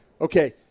Okay